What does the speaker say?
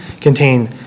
contain